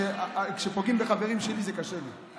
כשפוגעים בחברים שלי זה קשה לי.